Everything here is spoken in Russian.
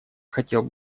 хотел